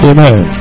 Amen